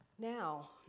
Now